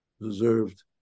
deserved